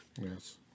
Yes